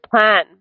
plan